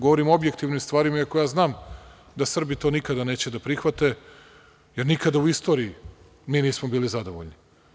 Govorim o objektivnim stvarima, iako znam da Srbi to nikada neće da prihvate, jer nikada u istoriji mi nismo bili zadovoljni.